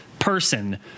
Person